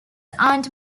aunt